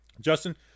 Justin